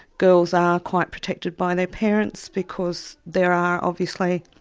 girls are quite protected by their parents because there are obviously